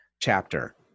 chapter